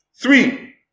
Three